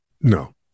No